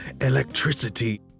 electricity